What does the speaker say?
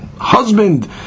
husband